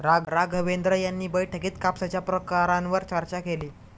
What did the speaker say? राघवेंद्र यांनी बैठकीत कापसाच्या प्रकारांवर चर्चा केली